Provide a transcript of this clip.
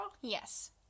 Yes